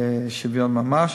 שוויון ממש.